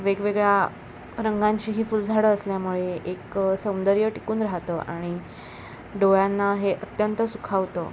वेगवेगळ्या रंगांचीही फुलझाडं असल्यामुळे एक सौंदर्य टिकून राहतं आणि डोळ्यांना हे अत्यंत सुखावतं